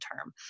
term